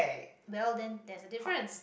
well then that's a difference